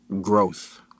growth